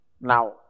Now